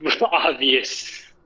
obvious